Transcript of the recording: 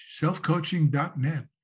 selfcoaching.net